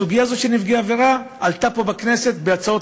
הסוגיה הזאת של נפגעי עבירה עלתה פה בכנסת בהצעות